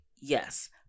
Yes